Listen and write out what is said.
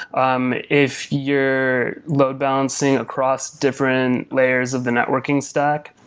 um if you're load-balancing across different layers of the networking stack,